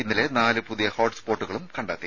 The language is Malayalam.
ഇന്നലെ നാല് പുതിയ ഹോട്ട്സ്പോട്ടുകൾ കണ്ടെത്തി